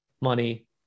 money